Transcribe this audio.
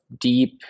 deep